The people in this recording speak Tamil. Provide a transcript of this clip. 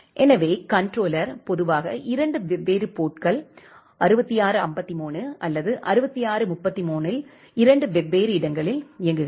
எனவே கண்ட்ரோலர் பொதுவாக இரண்டு வெவ்வேறு போர்ட்கள் 6653 அல்லது 6633 இல் இரண்டு வெவ்வேறு இடங்களில் இயங்குகிறது